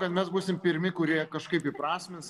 kad mes būsim pirmi kurie kažkaip įprasmins